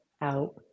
out